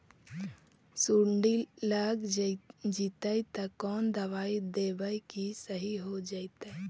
सुंडी लग जितै त कोन दबाइ देबै कि सही हो जितै?